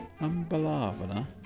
Ambalavana